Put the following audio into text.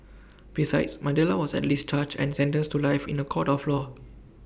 besides Mandela was at least charged and sentenced to life in The Court of law